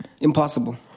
impossible